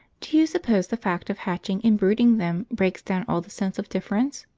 do you suppose the fact of hatching and brooding them breaks down all the sense of difference?